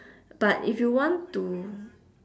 but if you want to